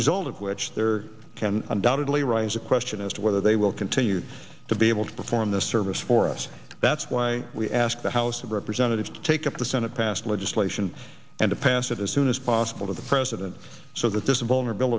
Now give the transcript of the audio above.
result of which there can undoubtedly rise the question as to whether they will continue to be able to perform their service for us that's why we ask the house of representatives to take up the senate passed legislation and pass it as soon as possible to the president so that there's a vulnerab